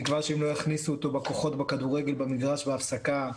תקווה שאם לא יכניסו אותו בכוחות בכדורגל במגרש בהפסקה,